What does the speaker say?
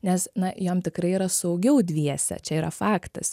nes na jom tikrai yra saugiau dviese čia yra faktas